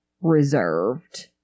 reserved